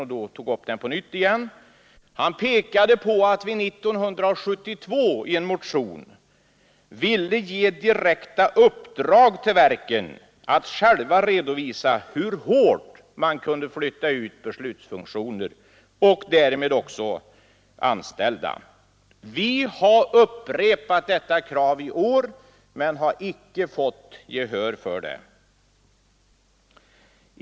Han framhöll att vi i en motion år 1972 anförde att vi ville ge direkt uppdrag till verken att själva redovisa hur hårt man kunde flytta ut beslutsfunktioner — och därmed också anställda. Vi har upprepat detta krav, men vi har inte fått gehör för det.